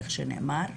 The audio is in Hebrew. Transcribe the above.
איך שנאמר,